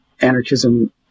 anarchism